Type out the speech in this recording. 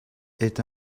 est